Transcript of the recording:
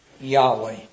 Yahweh